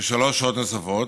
בשלוש שעות נוספות,